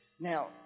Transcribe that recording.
Now